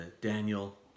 Daniel